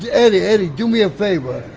yeah eddie, eddie. do me a favor,